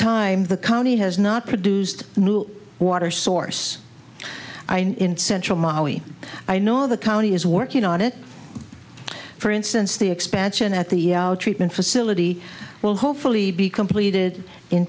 time the county has not produced a new water source i know in central maui i know the county is working on it for instance the expansion at the treatment facility will hopefully be completed in